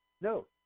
No